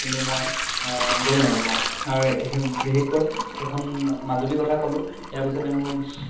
কিন্তু মই গৈ নাই পোৱা আৰু বিশেষকৈ সেইখন মাজুলীৰ কথা ক'লোঁ ইয়াৰ পিছতে মোৰ